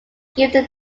given